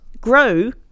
grow